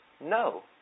No